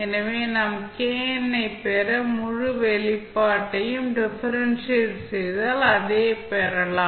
எனவே நாம் kn ஐப் பெற முழு வெளிப்பாட்டையும் டிஃபரென்ஷியேட் செய்தால் அதை பெறலாம்